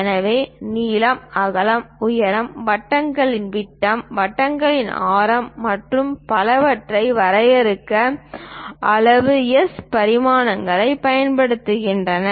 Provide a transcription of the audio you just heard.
எனவே நீளம் அகலம் உயரம் வட்டங்களின் விட்டம் வளைவுகளின் ஆரம் மற்றும் பலவற்றை வரையறுக்க அளவு S பரிமாணங்கள் பயன்படுத்தப்படுகின்றன